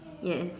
yes